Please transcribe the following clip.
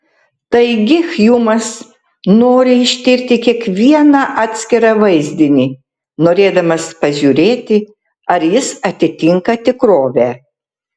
taigi hjumas nori ištirti kiekvieną atskirą vaizdinį norėdamas pažiūrėti ar jis atitinka tikrovę